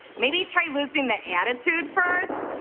maybe try losing the attitude first,